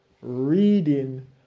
reading